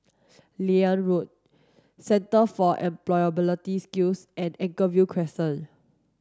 Liane Road Centre for Employability Skills and Anchorvale Crescent